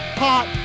hot